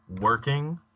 working